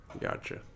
Gotcha